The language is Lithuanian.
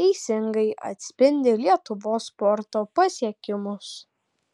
teisingai atspindi lietuvos sporto pasiekimus